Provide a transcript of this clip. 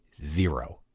zero